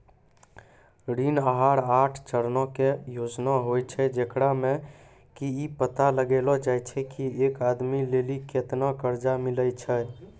ऋण आहार आठ चरणो के योजना होय छै, जेकरा मे कि इ पता लगैलो जाय छै की एक आदमी लेली केतना कर्जा मिलै छै